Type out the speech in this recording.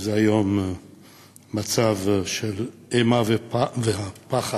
וזה היום מצב של אימה ופחד